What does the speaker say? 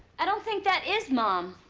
i don't think that is mom.